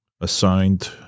assigned